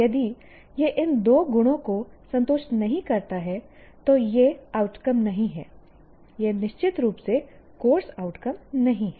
यदि यह इन दो गुणों को संतुष्ट नहीं करता है तो यह आउटकम नहीं है यह निश्चित रूप से कोर्स आउटकम नहीं है